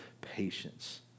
patience